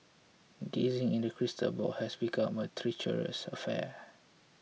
gazing into the crystal ball has become a treacherous affair